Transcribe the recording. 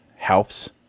Helps